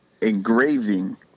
engraving